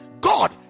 God